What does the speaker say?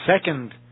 second